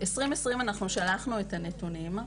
אגיד ששנת 2020 אנחנו שלחנו את הנתונים.